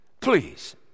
please